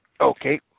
okay